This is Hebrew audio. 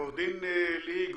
עורכת דין לי-היא גולדנברג,